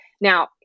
Now